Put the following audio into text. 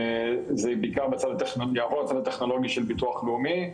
זה בעיקר בצד הטכנולוגי של ביטוח לאומי.